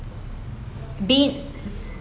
been